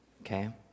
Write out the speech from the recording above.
Okay